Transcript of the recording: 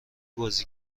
بازی